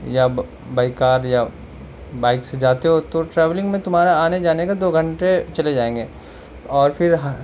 یا by car یا bike سے جاتے ہو تو ٹریولنگ میں تمہارا آنے جانے کا دو گھنٹے چلے جائیں گے اور پھر